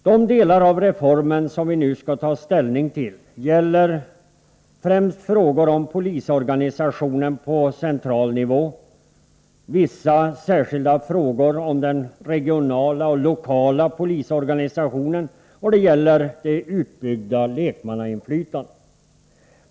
De delar av reformen som vi nu skall ta ställning till gäller främst frågor om polisorganisationen på central nivå, vissa särskilda frågor om den regionala och lokala polisorganisationen, och det utbyggda lekmannainflytandet.